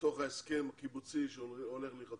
ההסכם הקיבוצי שהולך להיחתם.